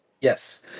Yes